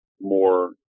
more